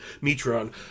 me-tron